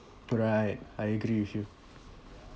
right I agree with you